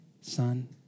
Son